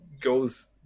goes